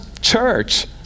church